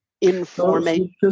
informing